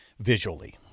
Visually